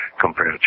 compared